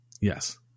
Yes